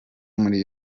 muri